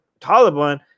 Taliban